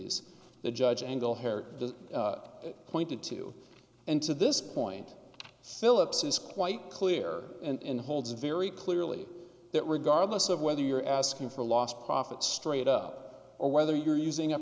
es the judge angle hair pointed to and to this point philips is quite clear and holds very clearly that regardless of whether you're asking for lost profits straight up or whether you're using a